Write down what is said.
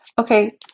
Okay